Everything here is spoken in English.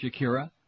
Shakira